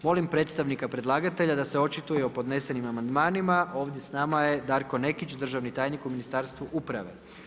Molim predstavnika predlagatelja da se očituje o podnesenim amandmanima, ovdje s nama je Darko Nekić, državni tajnik u Ministarstvu uprave.